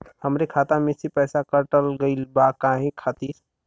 हमरे खाता में से पैसाकट गइल बा काहे खातिर?